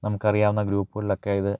നമുക്ക് അറിയാവുന്ന ഗ്രൂപ്പുകളിലൊക്കെ ഇത്